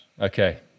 okay